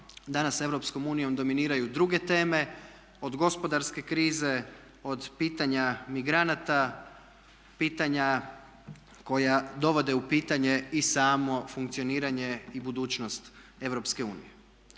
danas EU dominiraju druge teme. Od gospodarske krize, od pitanja migranata, pitanja koja dovode u pitanje i samo funkcioniranje i budućnost EU.